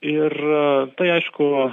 ir tai aišku